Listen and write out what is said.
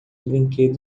brinquedo